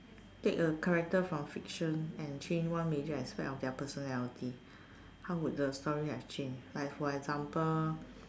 take a character from fiction and change one major aspect of their personality how would the story have changed like for example